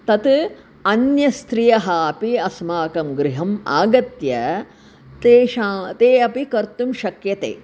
तत् अन्य स्त्रियः अपि अस्माकं गृहम् आगत्य तेषां ते अपि कर्तुं शक्यते